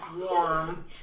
warm